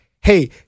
hey